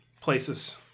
places